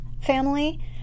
family